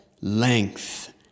length